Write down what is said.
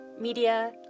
media